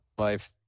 Life